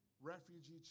refugee